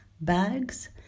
Bags